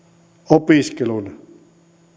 opiskelun